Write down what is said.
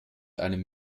einem